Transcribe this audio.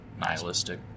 nihilistic